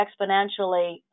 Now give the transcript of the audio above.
exponentially